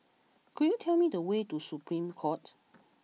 could you tell me the way to Supreme Court